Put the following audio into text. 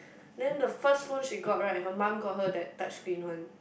then the first phone she got right her mum got her that touch screen one